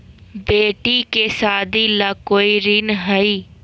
बेटी के सादी ला कोई ऋण हई?